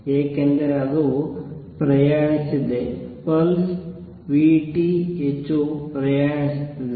ಏಕೆಂದರೆ ಅದು ಪ್ರಯಾಣಿಸಿದೆ ಪಲ್ಸ್ v t ಹೆಚ್ಚು ಪ್ರಯಾಣಿಸಿದೆ